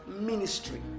ministry